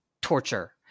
torture